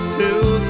till